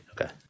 okay